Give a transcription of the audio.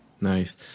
Nice